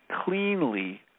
cleanly